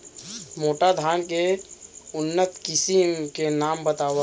मोटा धान के उन्नत किसिम के नाम बतावव?